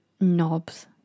knobs